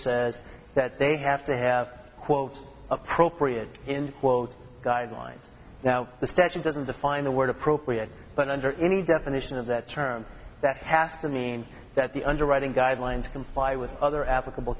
says that they have to have quote appropriate in quote guidelines now the statute doesn't define the word appropriate but under any definition of that term that has to mean that the underwriting guidelines comply with other applicable